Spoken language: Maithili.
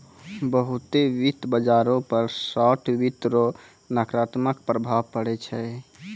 बहुते वित्त बाजारो पर शार्ट वित्त रो नकारात्मक प्रभाव पड़ै छै